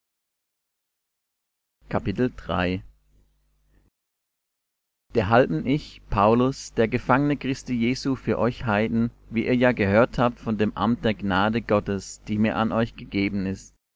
derhalben ich paulus der gefangene christi jesu für euch heiden wie ihr ja gehört habt von dem amt der gnade gottes die mir an euch gegeben ist